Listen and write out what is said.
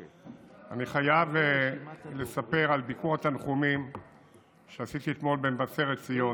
אני חייב לספר על ביקור התנחומים שעשיתי אתמול במבשרת ציון